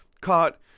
caught